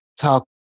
talk